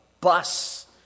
bus